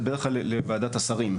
זה בדרך כלל לוועדת השרים,